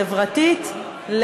חברתית,